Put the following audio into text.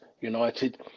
United